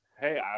Hey